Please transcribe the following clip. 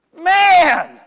Man